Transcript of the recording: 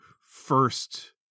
first